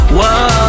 Whoa